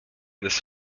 this